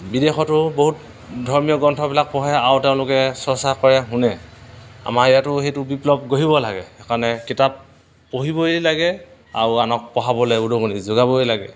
বিদেশতো বহুত ধৰ্মীয় গ্ৰন্থবিলাক পঢ়ে আৰু তেওঁলোকে চৰ্চা কৰে শুনে আমাৰ ইয়াতো সেইটো বিপ্লৱ গঢ়িব লাগে সেইকাৰণে কিতাপ পঢ়িবই লাগে আৰু আনক পঢ়াবলৈ উদগণি যোগাবই লাগে